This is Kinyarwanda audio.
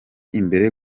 imbere